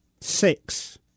six